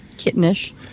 Kittenish